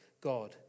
God